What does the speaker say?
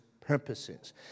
purposes